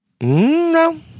No